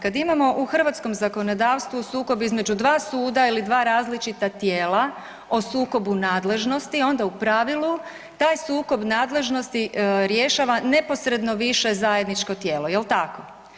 Kad imamo u hrvatskom zakonodavstvu sukob između dva suda ili dva različita tijela o sukobu nadležnosti, onda u pravilu taj sukob nadležnosti rješava neposredno više zajedničko tijelo, jel tako?